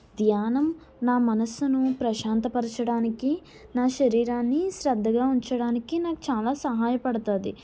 ధ్యానం నా మనసును ప్రశాంత పరచడానికి నా శరీరాన్ని శ్రద్ధగా ఉంచడానికి నాకు చాలా సహాయ పడతాది